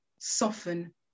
soften